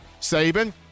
Saban